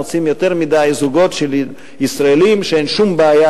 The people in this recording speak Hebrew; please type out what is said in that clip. מוצאים יותר מדי זוגות של ישראלים שאין להם שום בעיה